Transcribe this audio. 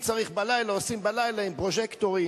אם צריך לעשות בלילה, עושים בלילה עם פרוז'קטורים.